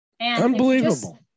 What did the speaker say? Unbelievable